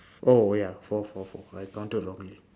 four ya four four four I counted wrongly